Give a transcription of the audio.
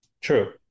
True